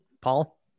Paul